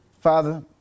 Father